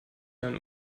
dann